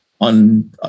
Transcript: on